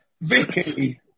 Vicky